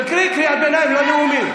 תקראי קריאת ביניים, לא נאומים.